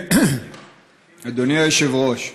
אדוני היושב-ראש,